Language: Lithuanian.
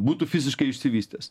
būtų fiziškai išsivystęs